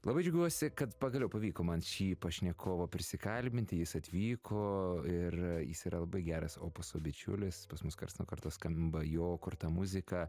labai džiaugiuosi kad pagaliau pavyko man šį pašnekovą prisikalbinti jis atvyko ir jis yra labai geras opuso bičiulis pas mus karts nuo karto skamba jo kurta muzika